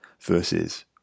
versus